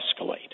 escalate